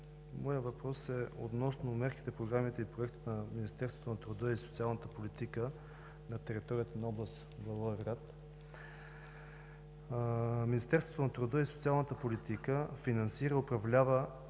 моят въпрос е относно мерките, програмите и проектите на Министерството на труда и социалната политика на територията на област Благоевград. Министерството на труда и социалната политика финансира, управлява